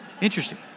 Interesting